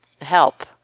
help